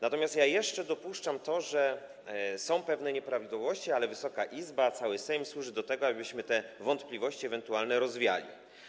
Natomiast ja jeszcze dopuszczam to, że są pewne nieprawidłowości, ale Wysoka Izba, cały Sejm jest po to, aby te wątpliwości ewentualne rozwiać.